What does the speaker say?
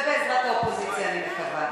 ובעזרת האופוזיציה אני מקווה.